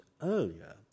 earlier